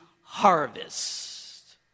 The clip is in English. harvest